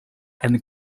and